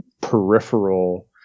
peripheral